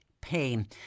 pain